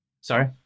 Sorry